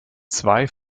zwei